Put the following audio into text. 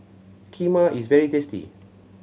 kheema is very tasty